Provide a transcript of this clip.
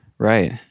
Right